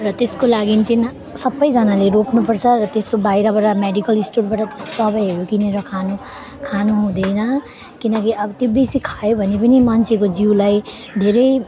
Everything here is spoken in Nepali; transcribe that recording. र त्यसको लागि चाहिँ सबैजनाले रोप्नुपर्छ र त्यस्तो बाहिरबाट मेडिकल स्टोरबाट त्यस्तो दबाईहरू किनेर खानु खानुहुँदैन किनकि अब त्यो बेसी खायो भने पनि मान्छेको जिउलाई धेरै